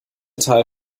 teil